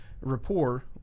rapport